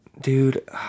Dude